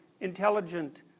intelligent